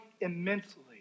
immensely